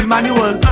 Manual